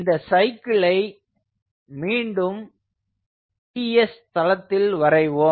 இந்த சைக்கிளை மீண்டும் Ts தளத்தில் வரைவோம்